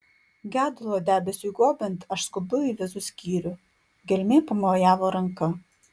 gedulo debesiui gobiant aš skubu į vizų skyrių gelmė pamojavo ranka